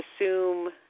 assume